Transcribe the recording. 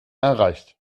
erreicht